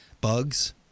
bugs